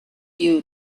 you